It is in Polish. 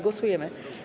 Głosujemy.